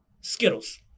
skittles